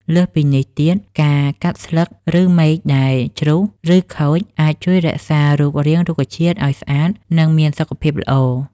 លើសពីនេះទៀត ការកាត់ស្លឹក ឬមែកដែលជ្រុះ ឬខូច អាចជួយរក្សារូបរាងរុក្ខជាតិឲ្យស្អាត និងមានសុខភាពល្អ។